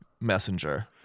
messenger